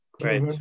Great